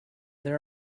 there